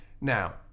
Now